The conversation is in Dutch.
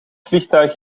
vliegtuig